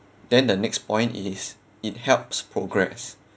then the next point is it helps progress